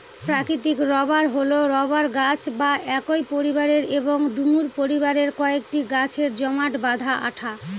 প্রাকৃতিক রবার হল রবার গাছ বা একই পরিবারের এবং ডুমুর পরিবারের কয়েকটি গাছের জমাট বাঁধা আঠা